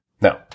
Now